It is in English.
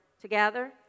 together